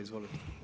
Izvolite.